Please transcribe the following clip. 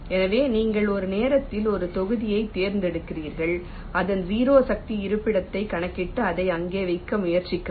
எனவே நீங்கள் ஒரு நேரத்தில் ஒரு தொகுதியைத் தேர்ந்தெடுக்கிறீர்கள் அதன் 0 சக்தி இருப்பிடத்தைக் கணக்கிட்டு அதை அங்கே வைக்க முயற்சிக்கவும்